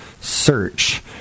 search